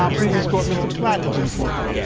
um please escort mr. platt into the courtroom.